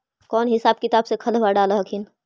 कौन हिसाब किताब से खदबा डाल हखिन?